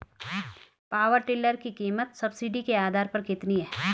Power tiller की कीमत subsidy के आधार पर कितनी है?